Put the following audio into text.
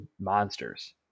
monsters